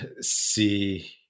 see